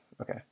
Okay